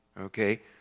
okay